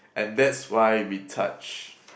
and that's why we touch